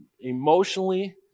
emotionally